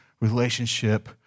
relationship